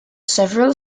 several